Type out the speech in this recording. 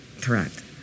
Correct